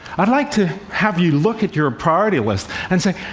i'd like to have you look at your priority list and say,